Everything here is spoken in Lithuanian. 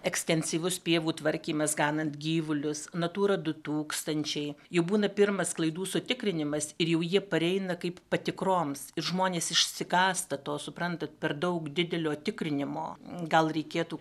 ekstensyvus pievų tvarkymas ganant gyvulius natūra du tūkstančiai jau būna pirmas klaidų sutikrinimas ir jau jie pareina kaip patikroms ir žmonės išsigąsta to suprantat per daug didelio tikrinimo gal reikėtų